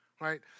right